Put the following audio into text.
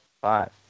Five